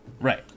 Right